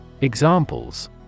Examples